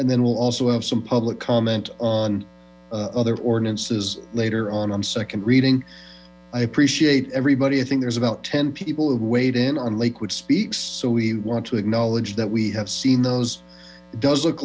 and then we'll also have some public comment on other ordinances later on on second reading i appreciate everybody i think there's about ten people weighed in on lakewood speaks so we want to acknowledge that we have seen those it does look